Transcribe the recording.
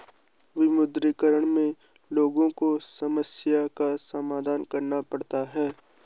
विमुद्रीकरण में लोगो को समस्या का सामना करना पड़ता है